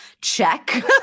check